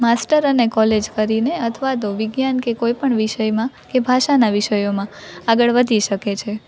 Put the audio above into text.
master અને college કરીને અથવા તો વિજ્ઞાન કે કોઈપણ વિષયમાં કે ભાષાના વિષયોમાં આગળ વધી શકે છે